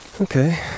Okay